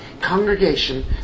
congregation